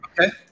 Okay